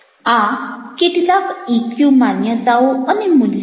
આ કેટલા ઇક્યુ માન્યતાઓ અને મૂલ્યો છે